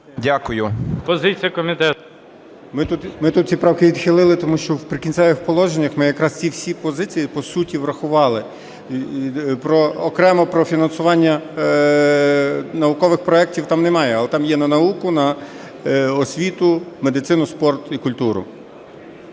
МАРУСЯК О.Р. Ми тут ці правки відхили, тому що в "Прикінцевих положеннях" ми якраз ці всі позиції по суті врахували. Окремо про фінансування наукових проектів там немає. Але там є: на науку, на освіту, медицину, спорт і культуру.